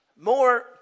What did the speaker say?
more